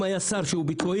אם היה שר שהוא ביצועיסט,